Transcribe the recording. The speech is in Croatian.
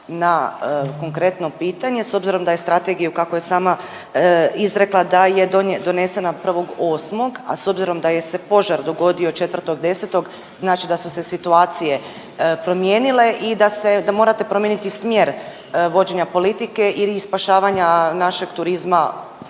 na konkretno pitanje. S obzirom da je strategiju kako je sama izrekla da je donesena 1.8., a s obzirom da je se požar dogodio 4.10. znači da su se situacije promijenile i da morate promijeniti smjer vođenja politike i spašavanja našeg turizma